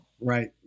Right